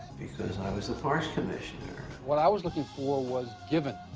because i was the parks commissioner. what i was looking for was given,